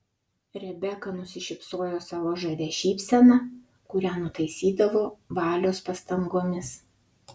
rebeka nusišypsojo savo žavia šypsena kurią nutaisydavo valios pastangomis